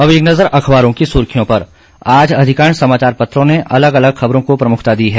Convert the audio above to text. अब एक नज़र अखबारों की सुर्खियों पर आज अधिकांश समाचार पत्रों ने अलग अलग खबरों को प्रमुखता दी है